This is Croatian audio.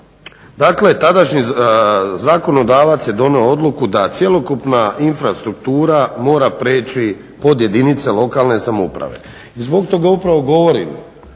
Dakle, tadašnji zakonodavac je donio odluku da cjelokupna infrastruktura mora preći pod jedinice lokale samouprave i zbog toga upravo govorim